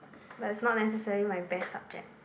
but is not necessary my best subject